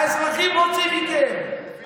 האזרחים רוצים מכם,